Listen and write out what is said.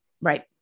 Right